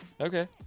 Okay